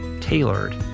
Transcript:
tailored